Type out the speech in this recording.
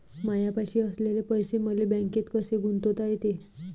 मायापाशी असलेले पैसे मले बँकेत कसे गुंतोता येते?